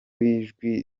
w’ijwi